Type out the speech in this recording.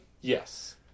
Yes